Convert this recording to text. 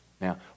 Now